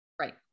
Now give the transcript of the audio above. Right